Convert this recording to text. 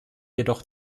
jedoch